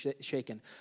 shaken